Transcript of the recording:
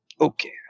Okay